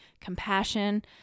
compassion